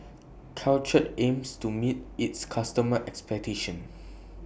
Caltrate aims to meet its customers' expectations